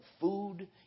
food